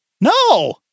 No